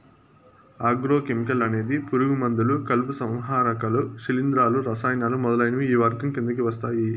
agro chemical అనేది పురుగు మందులు, కలుపు సంహారకాలు, శిలీంధ్రాలు, రసాయనాలు మొదలైనవి ఈ వర్గం కిందకి వస్తాయి